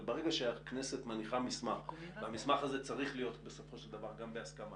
ברגע שהכנסת מניחה מסמך והמסמך הזה צריך להיות בסופו של דבר בהסכמה